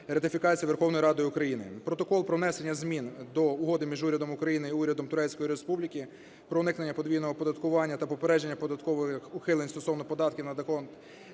ратифікації Верховною Радою України. Протокол про внесення змін до Угоди між Урядом України і Урядом Турецької Республіки про уникнення подвійного оподаткування та попередження податкових ухилень стосовно податків на